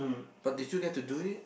but did you get to do it